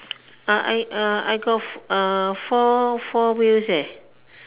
ah I uh I got uh four four wheels eh